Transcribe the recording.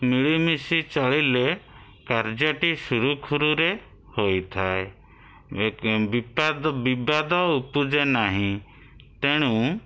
ମିଳିମିଶି ଚଳିଲେ କାର୍ଯ୍ୟଟି ସୁରୁଖୁରୁରେ ହୋଇଥାଏ ବିପାଦ ବିବାଦ ଉପୁଜେ ନାହିଁ ତେଣୁ